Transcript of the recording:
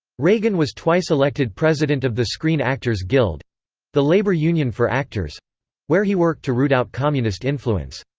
reagan was twice elected president of the screen actors guild the labor union for actors where he worked to root out communist influence.